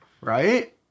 Right